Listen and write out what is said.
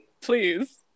Please